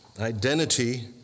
identity